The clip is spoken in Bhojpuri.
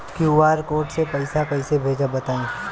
क्यू.आर कोड से पईसा कईसे भेजब बताई?